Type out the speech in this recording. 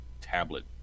tablet